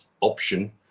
option